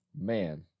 man